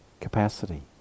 capacity